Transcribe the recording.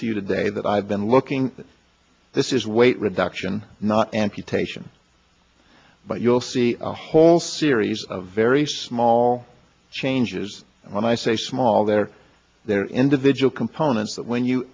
tell you today that i've been looking at this is weight reduction not amputation but you'll see a whole series of very small changes and when i say small there there are individual components that when you